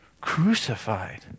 crucified